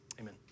Amen